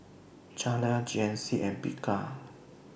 Zalia G N C and Bika